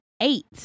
Eight